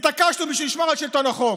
התעקשנו בשביל לשמור על שלטון החוק,